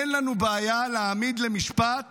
אין לנו בעיה להעמיד למשפט